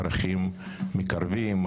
ערכים מקרבים,